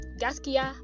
gaskia